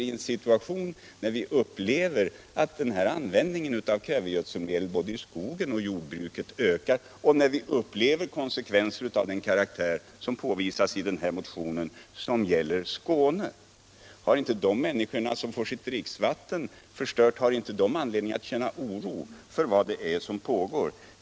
Det gäller en situation där vi upplever att användningen av kvävegödselmedel både i skogen och i jordbruket ökar, och där vi upplever konsekvenser av den karaktär som påvisas i den här motionen beträffande Skåne. Har inte de människor som får sitt dricksvatten förstört anledning att känna oro för vad det är som pågår?